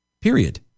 period